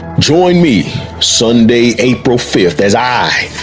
join me sunday, april fifth as i,